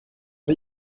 riz